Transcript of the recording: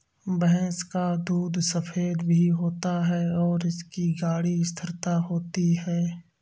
भैंस का दूध सफेद भी होता है और इसकी गाढ़ी स्थिरता होती है